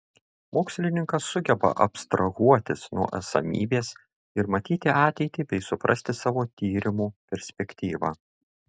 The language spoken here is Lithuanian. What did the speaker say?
mokslininkas sugeba abstrahuotis nuo esamybės ir matyti ateitį bei suprasti savo tyrimų perspektyvą